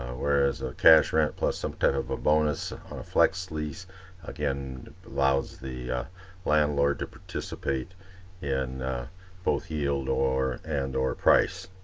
whereas a cash rent plus some type of a bonus on flex lease again allows the landlord to participate in both healed or and or price.